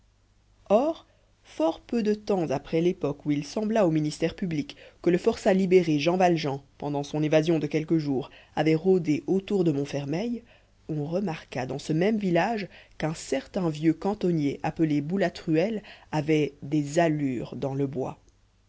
or fort peu de temps après l'époque où il sembla au ministère public que le forçat libéré jean valjean pendant son évasion de quelques jours avait rôdé autour de montfermeil on remarqua dans ce même village qu'un certain vieux cantonnier appelé boulatruelle avait des allures dans le bois